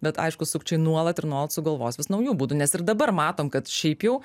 bet aišku sukčiai nuolat ir nuolat sugalvos vis naujų būdų nes ir dabar matom kad šiaip jau